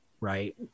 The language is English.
right